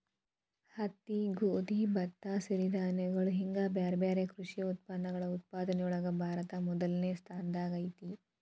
ಹತ್ತಿ, ಗೋಧಿ, ಭತ್ತ, ಸಿರಿಧಾನ್ಯಗಳು ಹಿಂಗ್ ಬ್ಯಾರ್ಬ್ಯಾರೇ ಕೃಷಿ ಉತ್ಪನ್ನಗಳ ಉತ್ಪಾದನೆಯೊಳಗ ಭಾರತ ಮೊದಲ್ನೇ ಸ್ಥಾನದಾಗ ಐತಿ